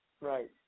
Right